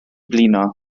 blino